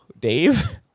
Dave